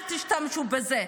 אל תשמשו בזה.